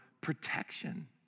protection